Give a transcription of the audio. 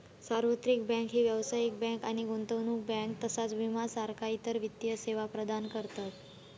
सार्वत्रिक बँक ही व्यावसायिक बँक आणि गुंतवणूक बँक तसाच विमा सारखा इतर वित्तीय सेवा प्रदान करतत